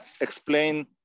explain